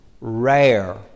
rare